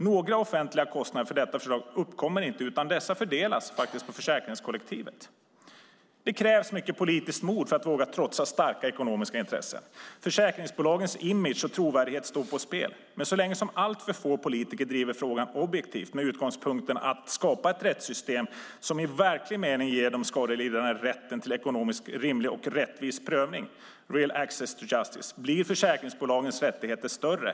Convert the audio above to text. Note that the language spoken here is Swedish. Några offentliga kostnader för detta förslag uppkommer inte utan dessa fördelas på försäkringskollektivet. Det krävs mycket politiskt mod för att våga trotsa starka ekonomiska intressen. Försäkringsbolagens image och trovärdighet står på spel. Men så länge som alltför få politiker driver frågan objektivt med utgångspunkten att skapa ett rättssystem som i verklig mening ger de skadelidande rätten till en ekonomiskt rimlig och rättvis prövning, reell access to justice, blir försäkringsbolagens rättigheter större.